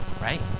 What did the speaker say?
Right